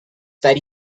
that